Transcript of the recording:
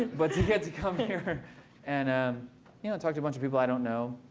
but to get to come here and um you know and talk to a bunch of people i don't know.